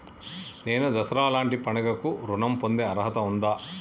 నేను దసరా లాంటి పండుగ కు ఋణం పొందే అర్హత ఉందా?